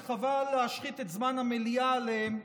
שחבל להשחית את זמן המליאה עליהם,